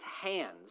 hands